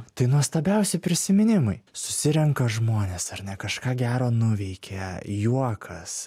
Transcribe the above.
tai nuostabiausi prisiminimai susirenka žmonės ar ne kažką gero nuveikia juokas